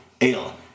Ale